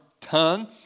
tongue